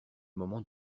moment